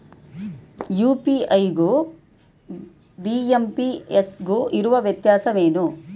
UPI ಗು IMPS ಗು ಇರುವ ವ್ಯತ್ಯಾಸವೇನು?